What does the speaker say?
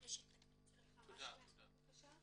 מהנשים חוות אלימות פיסית בתוך המשפחה לעומת --- נשים בקבוצות